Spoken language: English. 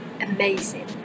amazing